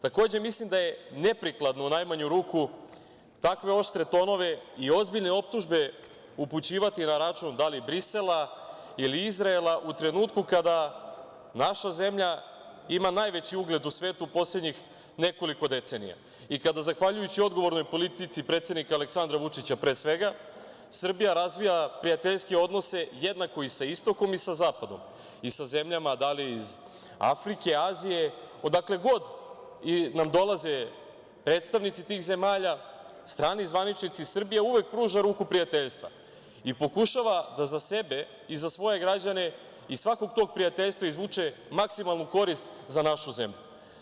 Takođe, mislim da je neprikladno, u najmanju ruku, takve oštre tonove i ozbiljne optužbe upućivati na račun da li Brisela, ili Izraela, u trenutku kada naša zemlja ima najveći ugled u svetu u poslednjih nekoliko decenija i kada zahvaljujući odgovornoj politici predsednika Aleksandra Vučića, pre svega, Srbija razvija prijateljske odnose jednako i sa istokom i sa zapadom, i sa zemljama iz Afrike, Azije, odakle god nam dolaze predstavnici tih zemalja, strani zvaničnici, Srbija uvek pruža ruku prijateljstva i pokušava da za sebe i svoje građane iz svakog tog prijateljstva izvuče maksimalnu korist za našu zemlju.